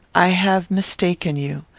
i have mistaken you.